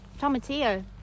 Tomatillo